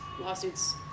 lawsuits